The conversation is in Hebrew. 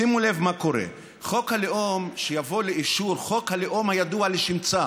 שימו לב מה קורה: חוק הלאום הידוע לשמצה,